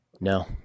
No